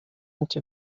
into